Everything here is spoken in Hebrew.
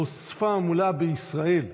הוספה המילה "בישראל",